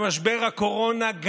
במשבר הקורונה,